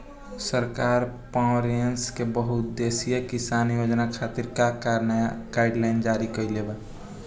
सरकार पॉवरइन्फ्रा के बहुउद्देश्यीय किसान योजना खातिर का का नया गाइडलाइन जारी कइले बा?